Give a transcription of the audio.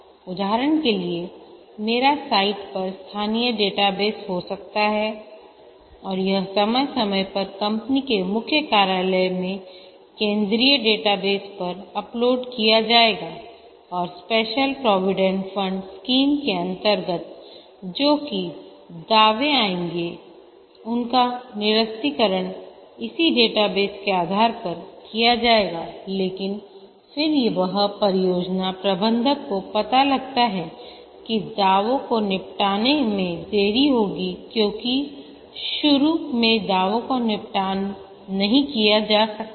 उदाहरण के लिए मेरा साइट पर स्थानीय डेटाबेस हो सकता है और यह समय समय पर कंपनी के मुख्य कार्यालय में केंद्रीय डेटाबेस पर अपलोड किया जाएगा और स्पेशल प्रोविडेंट फंड स्कीम के अंतर्गत जो भी दावे आएंगे उनका निरस्तीकरण इसी डेटाबेस के आधार पर किया जाएगा लेकिन फिर वह परियोजना प्रबंधक को पाता लगता है कि दावों को निपटाने में देरी होगी क्योंकि शुरू में दावों का निपटान नहीं किया जा सकता है